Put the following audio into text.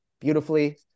beautifully